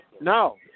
No